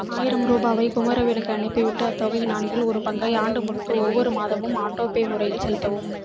ஆயிரம் ரூபாவை குமரவேலுக்கு அனுப்பிவிட்டு அத்தொகையின் நான்கில் ஒரு பங்கை ஆண்டு முழுக்க ஒவ்வொரு மாதமும் ஆட்டோபே முறையில் செலுத்தவும்